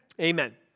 amen